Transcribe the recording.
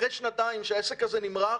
אחרי שנתיים שהעסק הזה נמרח,